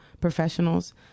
professionals